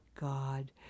God